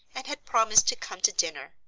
and had promised to come to dinner,